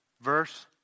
Verse